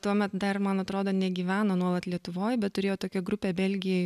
tuomet dar man atrodo negyveno nuolat lietuvoj bet turėjo tokią grupę belgijoj